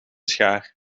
schaar